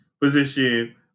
position